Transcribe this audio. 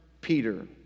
Peter